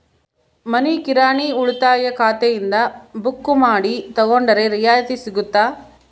ಮನಿ ಕಿರಾಣಿ ಉಳಿತಾಯ ಖಾತೆಯಿಂದ ಬುಕ್ಕು ಮಾಡಿ ತಗೊಂಡರೆ ರಿಯಾಯಿತಿ ಸಿಗುತ್ತಾ?